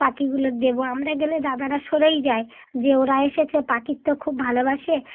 পাখিগুলো দেবো আমরা গেলে দাদারা সরেই যায় যে ওরা এসেছে পাখির তো খুব ভালোবাসে